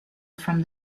from